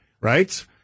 right